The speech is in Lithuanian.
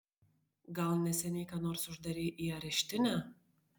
gal neseniai ką nors uždarei į areštinę